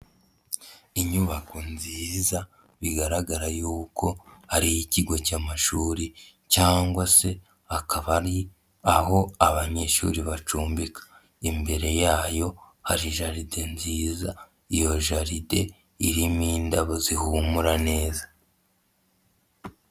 Inyubako nziza bigaragara yuko ari iy'ikigo cy'amashuri cyangwa se akaba ari aho abanyeshuri bacumbika, imbere yayo hari jaride nziza, iyo jaride irimo indabo zihumura neza.